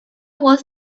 was